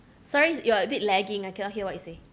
sorry you're a bit lagging I cannot hear what you say